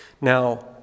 Now